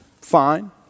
Fine